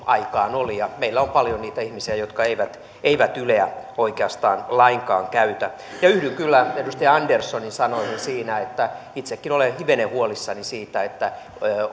aikaan oli ja meillä on paljon niitä ihmisiä jotka eivät eivät yleä oikeastaan lainkaan käytä ja yhdyn kyllä edustaja anderssonin sanoihin siinä että itsekin olen hivenen huolissani siitä